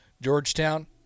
Georgetown